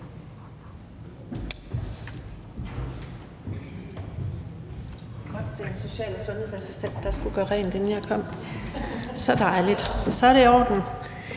Det er helt i orden.